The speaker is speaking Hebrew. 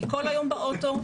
אני כל היום באוטו,